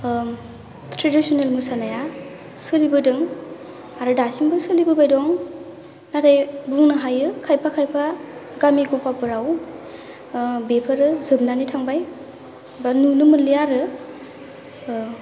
थ्रेदिसनेल मोसानाया सोलिबोदों आरो दासिमबो सोलिबोबाय दं नाथाय बुंनो हायो खायफा खायफा गामि गफाफ्राव बेफोरो जोबनानै थांबाय बा नुनो मोनलिया आरो